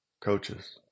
coaches